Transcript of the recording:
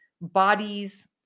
bodies